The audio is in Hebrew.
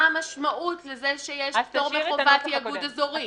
מה המשמעות לזה שיש פטור מחובת תיאגוד אזורי?